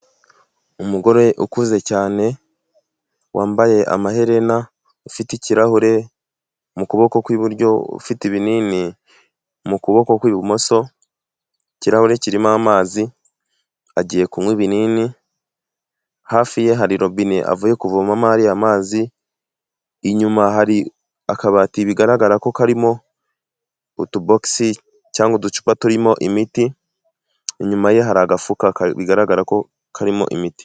Umugore ukuze cyane wambaye amaherena, ufite ikirahure mu kuboko kw'iburyo, ufite ibinini mu kuboko kw'ibumoso, ikirahure kirimo amazi agiye kunywa ibinini, hafi ye hari robine avuye kuvomamo ariya mazi, inyuma hari akabati bigaragara ko karimo utuboxi cyangwa uducupa turimo imiti, inyuma ye hari agafuka bigaragara ko karimo imiti.